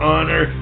Honor